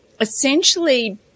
essentially